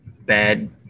bad